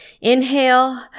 inhale